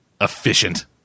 efficient